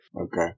Okay